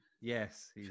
Yes